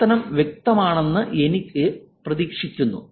പ്രവർത്തനം വ്യക്തമാണെന്ന് ഞാൻ പ്രതീക്ഷിക്കുന്നു